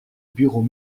bureau